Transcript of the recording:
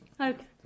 Okay